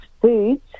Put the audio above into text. foods